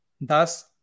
Thus